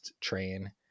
train